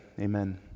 Amen